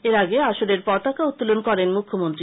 এর আগে আসরের পতাকা উত্তোলন করেন মুখ্যমন্ত্রী